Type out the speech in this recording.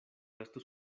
estus